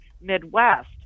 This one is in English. Midwest